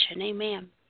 amen